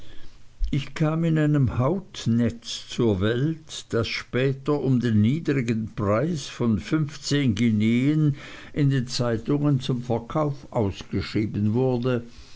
ich kam in einem hautnetz zur welt das später um den niedrigen preis von fünfzehn guineen in den zeitungen zum verkauf ausgeschrieben wurde